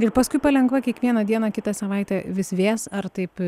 ir paskui palengva kiekvieną dieną kitą savaitę vis vės ar taip